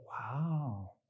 wow